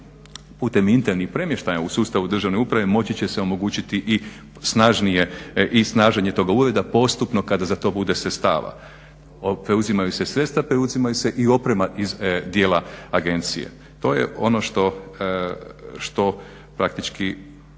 putem internih premještaja u sustavu državne uprave, moći će se omogućiti i snažnije, i snaženje toga ureda postupno kada za to bude sredstava. Preuzimaju se sredstva, preuzimaju se i oprema iz dijela agencije. To je ono što praktički